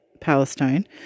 Palestine